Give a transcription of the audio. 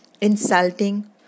insulting